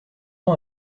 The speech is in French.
ans